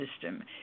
system